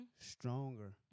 stronger